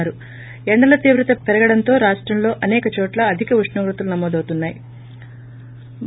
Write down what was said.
థి ఎండల తీవ్రత పెరగడంతో రాష్టంలో అసేక చోట్ల అధిక ఉష్ణోగ్రతలు నమోదుతున్నా యి